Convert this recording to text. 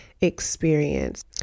experience